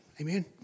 Amen